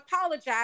apologize